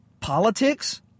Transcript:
Politics